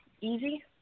easy